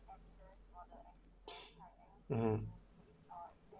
mmhmm